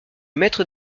maître